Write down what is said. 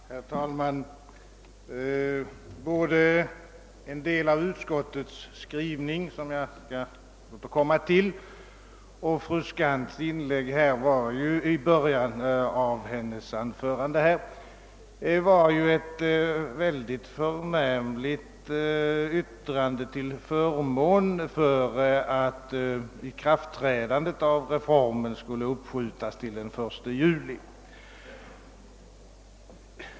Herr talman! Både en del av utskottets skrivning, som jag skall återkomma till, och början av fru Skantz” inlägg innebär ju ett mycket förnämligt stöd för att ikraftträdandet av reformen skall uppskjutas till den 1 juli.